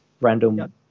random